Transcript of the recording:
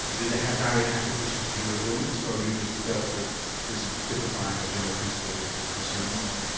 did it have direct application to your illness or you just felt that this typified the general principle that was concerning you?